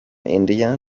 india